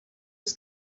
was